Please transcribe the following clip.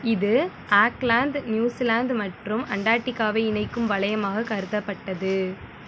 இது Auckland New Zealand மற்றும் அண்டார்டிக்காவை இணைக்கும் வளையமாகக் கருத்தப்பட்டது